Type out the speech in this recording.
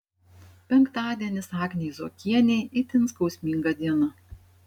penktadienis agnei zuokienei itin skausminga diena